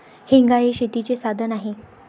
हेंगा हे शेतीचे साधन आहे